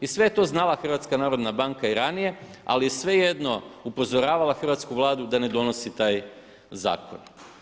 I sve je to znala HNB i ranije ali je svejedno upozoravala Hrvatsku vladu da ne donosi taj zakon.